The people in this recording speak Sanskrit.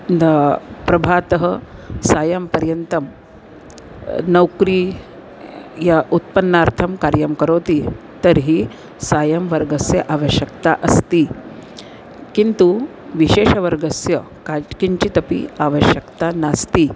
द प्रभातः सायं पर्यन्तं नौक्री या उत्पन्नार्थं कार्यं करोति तर्हि सायं वर्गस्य आवश्यक्ता अस्ति किन्तु विशेषवर्गस्य का किञ्चिदपि आवश्यक्ता नास्ति